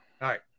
right